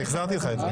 החזרתי לך את זה.